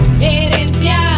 herencia